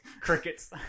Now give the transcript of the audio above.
crickets